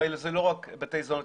הרי זה לא רק בתי זונות,